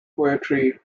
poetry